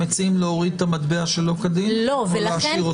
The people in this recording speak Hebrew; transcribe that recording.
אתם מציעים להוריד את המטבע "שלא כדין" או להשאיר אותו?